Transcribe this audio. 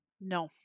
No